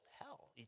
hell